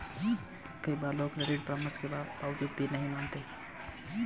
कई बार लोग क्रेडिट परामर्श के बावजूद भी नहीं मानते हैं